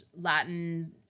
Latin